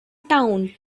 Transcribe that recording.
town